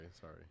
sorry